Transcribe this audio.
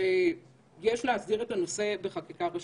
שיש להסדיר את הנושא בחקיקה ראשית.